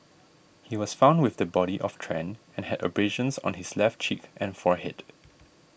he was found with the body of Tran and had abrasions on his left cheek and forehead